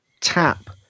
tap